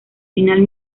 final